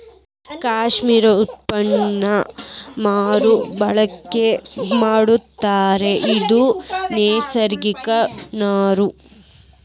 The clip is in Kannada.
ಕಾಶ್ಮೇರ ಉಣ್ಣೇನ ಮರು ಬಳಕೆ ಮಾಡತಾರಂತ ಇದು ನೈಸರ್ಗಿಕ ನಾರು